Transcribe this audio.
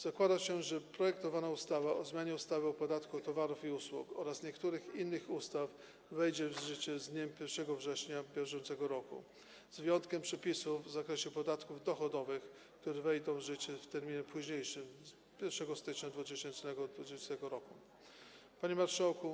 Zakłada się, że projektowana ustawa o zmianie ustawy o podatku od towarów i usług oraz niektórych innych ustaw wejdzie w życie z dniem 1 września br., z wyjątkiem przepisów w zakresie podatków dochodowych, które wejdą w życie w terminie późniejszym, 1 stycznia 2020 r. Panie Marszałku!